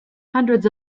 hundreds